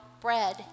bread